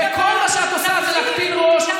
וכל מה שאת עושה זה להקטין ראש,